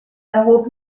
erhob